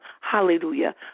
Hallelujah